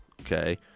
okay